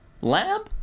Lamb